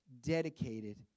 dedicated